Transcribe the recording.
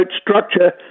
structure